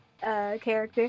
character